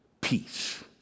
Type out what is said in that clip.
peace